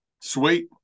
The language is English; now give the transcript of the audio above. Sweet